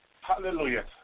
Hallelujah